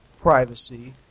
privacy